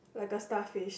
like a starfish